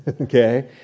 Okay